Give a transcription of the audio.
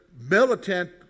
militant